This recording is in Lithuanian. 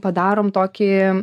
padarom tokį